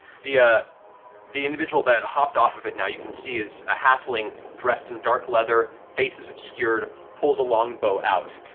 the ah the individual that hopped off of it, now you can see is a halfling dressed in dark leather, face is obscured, pulls a longbow out.